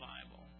Bible